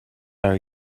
are